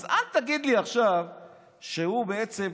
אז אל תגיד לי עכשיו שהוא בעצם,